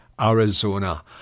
Arizona